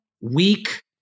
weak